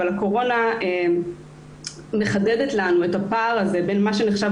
אבל הקורונה מחדדת לנו את הפער בין מה שנחשב